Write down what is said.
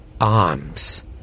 arms